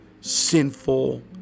sinful